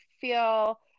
feel